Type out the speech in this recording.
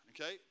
okay